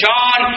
John